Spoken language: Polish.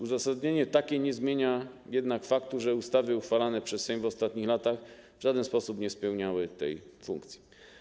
Uzasadnienie takie nie zmienia jednak faktu, że ustawy uchwalane przez Sejm w ostatnich latach w żaden sposób nie spełniały tej funkcji.